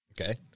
Okay